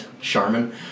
Charmin